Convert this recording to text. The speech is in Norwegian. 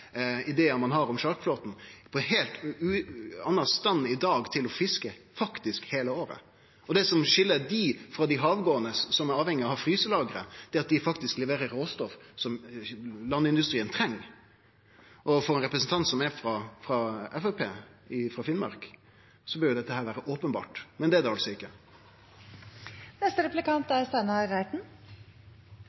om sjarkflåten. Ein er i ein heilt annan stand i dag til faktisk å fiske heile året. Og det som skil desse båtane frå dei havgåande, som er avhengige av fryselagre, er at dei faktisk leverer råstoff som landindustrien treng. For ein representant som er frå Framstegspartiet i Finnmark, bør jo dette vere openbert, men det er det altså